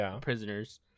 prisoners